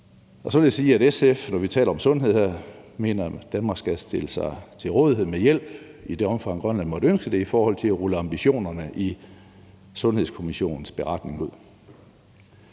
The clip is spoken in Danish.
SF, når vi taler om sundhed, mener, at Danmark skal stille sig til rådighed med hjælp i det omfang, Grønland måtte ønske det, i forhold til at rulle ambitionerne i sundhedsstrukturkommissionens beretning ud.